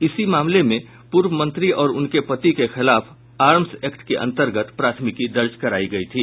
इसी मामले में पूर्व मंत्री और उनके पति के खिलाफ आर्म्स एक्ट के अंतर्गत प्राथमिकी दर्ज करायी गयी थी